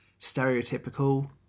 stereotypical